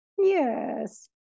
yes